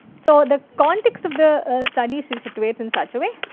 so the context of the study she situates in such a way,